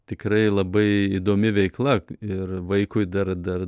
tikrai labai įdomi veikla ir vaikui dar dar